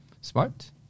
smart